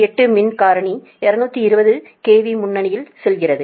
8 மின் காரணி 220 KV முன்னணியில் செல்கிறது